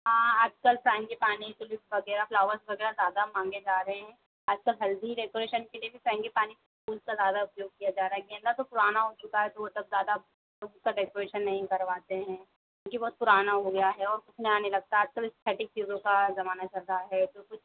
हाँ आजकल frangipani tulip वगैरह फ़्लावर्स वगैरह ज़्यादा मांगे जा रहे है आजकल हल्दी डेकोरेशन के लिए भी फ्रैंगिपानी फूल का ज़्यादा उपयोग किया जा रहा है गेंदा तो पुराना हो चुका है तो वो सब ज़्यादा उस से डेकोरेशन नहीं करवाते हैं क्योंकि बहुत पुराना हो गया है और उसमे आने लगता है आजकल एसथेटिक चीज़ों का ज़माना चल रहा है जो